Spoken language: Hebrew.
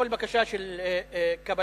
בכל בקשה של קבלת